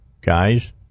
guys